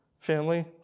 family